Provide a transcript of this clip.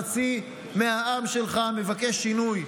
חצי מהעם שלך מבקש שינוי.